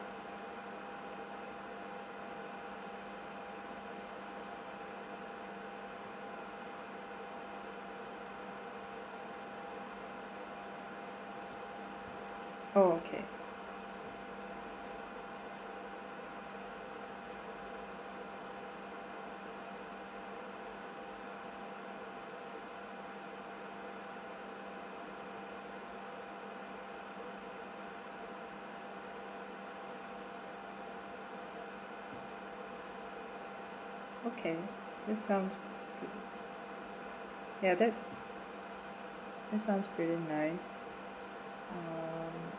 oh okay okay that sounds good ya that that sound really nice um